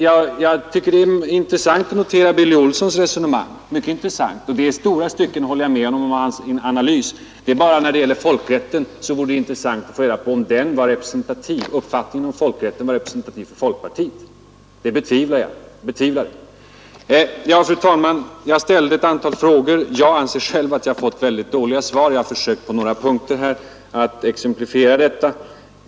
oo — Jag tycker det är mycket intressant att notera Billy Olssons resonemang, och jag håller i vissa stycken med honom i hans analys. Men = nordvietname när det gäller uppfattningen om folkrätten vore det intressant att få reda siska militära förpå om den är representativ för folkpartiet. Jag betvivlar det! band i Sydvietnam, Fru talman! Jag ställde ett antal frågor. Jag anser själv att jag fått L40s eller Cambodja mycket dåliga svar. Jag har försökt att exemplifiera detta på några punkter.